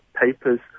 papers